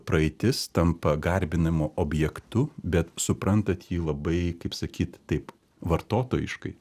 praeitis tampa garbinimo objektu bet suprantat jį labai kaip sakyt taip vartotojiškai